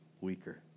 weaker